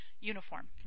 uniform